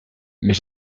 mais